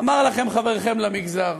אמר עליכם חברכם למגזר: